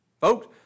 Folks